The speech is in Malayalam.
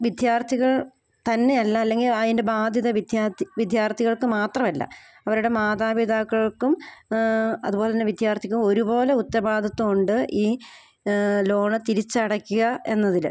വിദ്യാർത്ഥികൾ തന്നെയല്ല അല്ലെങ്കിൽ അതിൻ്റെ ബാധ്യത വിദ്യാർത്ഥി വിദ്യാർത്ഥികൾക്ക് മാത്രമല്ല അവരുടെ മാതാപിതാക്കൾക്കും അത്പോലെ തന്നെ വിദ്യാർത്ഥികും ഒരു പോലെ ഉത്തവാദിത്വം ഉണ്ട് ഈ ലോണ് തിരിച്ചടക്കുക എന്നതിൽ